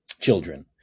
children